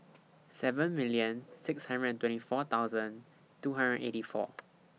seven million six hundred and twenty four two hundred and eighty four